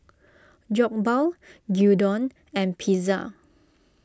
Jokbal Gyudon and Pizza